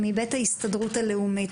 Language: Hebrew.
הסתדרות לאומית,